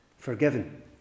Forgiven